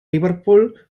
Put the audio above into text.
liverpool